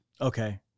Okay